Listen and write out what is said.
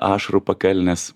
ašarų pakalnės